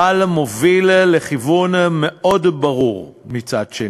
אבל מוביל לכיוון ברור מאוד מצד שני.